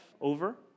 over